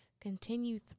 continue